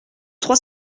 trois